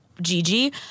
Gigi